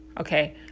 Okay